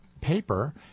paper